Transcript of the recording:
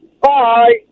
Bye